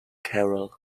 carol